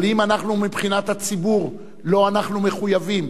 אבל אם אנחנו, מבחינת הציבור, שלו אנחנו מחויבים,